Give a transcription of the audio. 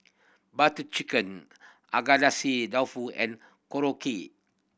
Butter Chicken Agadasi dofu and Korokke